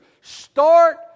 start